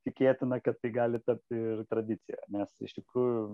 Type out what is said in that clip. tikėtina kad tai gali tapti ir tradicija nes iš tikrųjų